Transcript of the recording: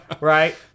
right